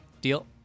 Deal